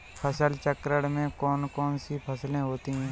फसल चक्रण में कौन कौन सी फसलें होती हैं?